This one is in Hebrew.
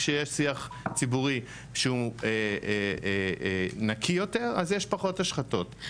כשיש שיח ציבורי שהוא נקי יותר אז יש פחות השחתות.